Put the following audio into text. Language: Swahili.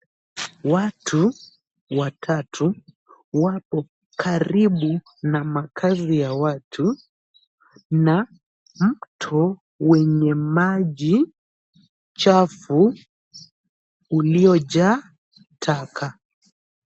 Watu watatu wapo karibu na makazi ya watu na mto wenye maji chafu uliojaa taka.